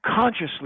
consciously